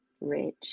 rich